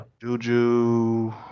Juju